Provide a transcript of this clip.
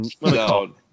No